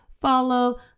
follow